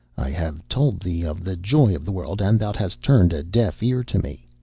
i have told thee of the joy of the world, and thou hast turned a deaf ear to me.